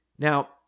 Now